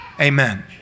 Amen